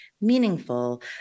meaningful